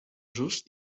just